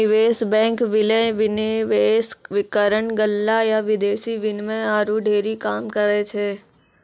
निवेश बैंक, विलय, विनिवेशकरण, गल्ला या विदेशी विनिमय आरु ढेरी काम करै छै